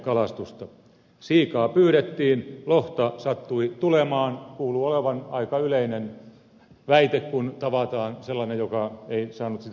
siikaa pyydettiin lohta sattui tulemaan kuuluu olevan aika yleinen väite kun tavataan sellainen joka ei saanut sitä lohta pyytää